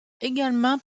également